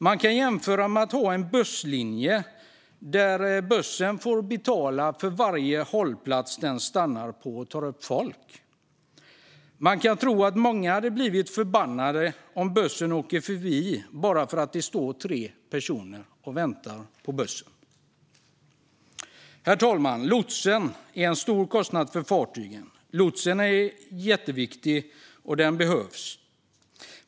Man kan jämföra med att ha en busslinje där bussen får betala för varje hållplats där den stannar och tar upp folk. Man kan tänka sig att många hade blivit förbannade om bussen åkte förbi för att det bara står tre personer och väntar. Fru talman! Lots är en stor kostnad för fartygen. Lotsen är dock jätteviktig och behövs.